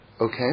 Okay